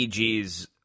EG's